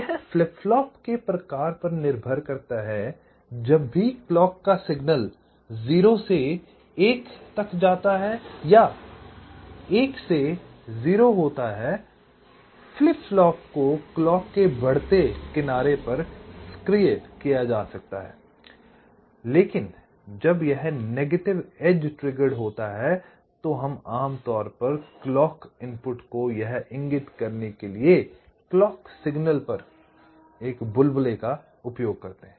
यह flip flop के प्रकार पर निर्भर करता है तो जब भी क्लॉक का सिग्नल 0 से 1 तक जाता है या 1 से 0 होता है फ्लिप फ्लॉप को क्लॉक के बढ़ते किनारे पर सक्रिय किया जा सकता है लेकिन जब यह नेगेटिव एज ट्रिगर्ड होता है तो हम आमतौर पर क्लॉक इनपुट को यह इंगित करने के लिए क्लॉक सिग्नल पर एक बुलबुले का उपयोग करते हैं